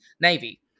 Navy